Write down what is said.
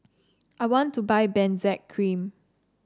I want to buy Benzac Cream